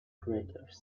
creators